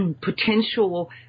potential